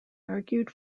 argued